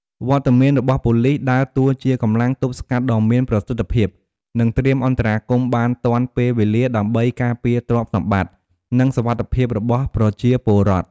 វត្តមានរបស់ប៉ូលិសដើរតួជាកម្លាំងទប់ស្កាត់ដ៏មានប្រសិទ្ធភាព និងត្រៀមអន្តរាគមន៍បានទាន់ពេលវេលា ដើម្បីការពារទ្រព្យសម្បត្តិ និងសុវត្ថិភាពរបស់ប្រជាពលរដ្ឋ។